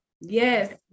yes